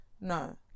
no